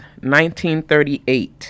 1938